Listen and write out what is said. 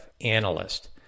analyst